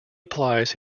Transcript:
applies